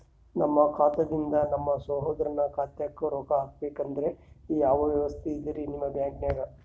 ನಮ್ಮ ಖಾತಾದಿಂದ ನಮ್ಮ ಸಹೋದರನ ಖಾತಾಕ್ಕಾ ರೊಕ್ಕಾ ಹಾಕ್ಬೇಕಂದ್ರ ಯಾವ ವ್ಯವಸ್ಥೆ ಇದರೀ ನಿಮ್ಮ ಬ್ಯಾಂಕ್ನಾಗ?